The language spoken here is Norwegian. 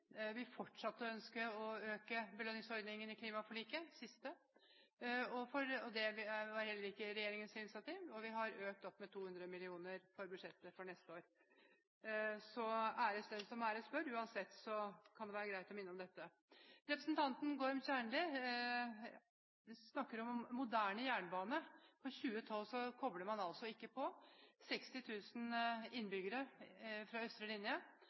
Vi fortsatte å ønske å øke belønningsordningen i klimaforliket, det siste. Heller ikke det var regjeringens initiativ. Og vi har økt med 200 mill. kr i budsjettet for neste år. Så æres den som æres bør. Uansett kan det være greit å minne om dette. Representanten Gorm Kjernli snakker om moderne jernbane. For 2012 kobler man altså ikke på 60 000 innbyggere fra østre linje,